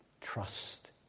Trust